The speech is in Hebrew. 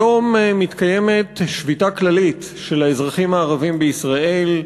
היום מתקיימת שביתה כללית של האזרחים הערבים בישראל,